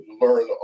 learn